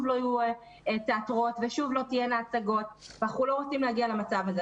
לא יהיו תיאטראות ושוב לא תהיינה הצגות ואנחנו לא רוצים להגיע למצב הזה.